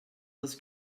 this